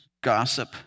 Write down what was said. gossip